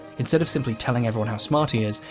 instead of simply telling everyone how smart he is,